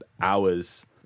hours